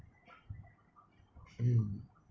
mm